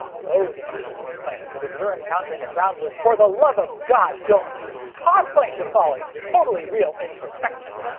those individuals claim that if you're encountering a ground loop, for the love of god don't use toslink with all its totally real imperfections,